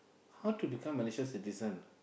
how to become Malaysia citizen